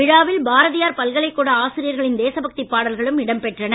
விழாவில் பாரதியார் பல்கலைக்கூட ஆசிரியர்களின் தேசபக்தி பாடல்களும் இடம் பெற்றன